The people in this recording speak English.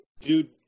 dude